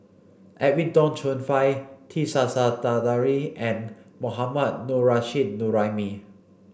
Edwin Tong Chun Fai T Sasitharan and Mohammad Nurrasyid Juraimi